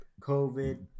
COVID